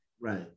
Right